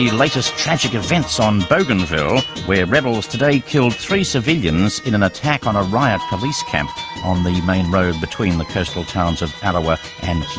latest tragic events on bougainville where rebels today killed three civilians in an attack on a riot police camp on the main road between the coastal towns of arawa and